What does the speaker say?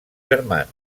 germans